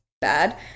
bad